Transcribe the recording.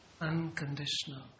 Unconditional